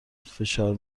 فشار